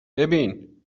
ببین